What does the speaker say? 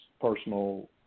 personal